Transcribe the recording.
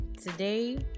today